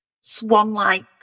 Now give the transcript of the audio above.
swan-like